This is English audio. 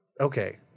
Okay